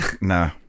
No